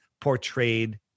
portrayed